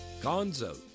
gonzo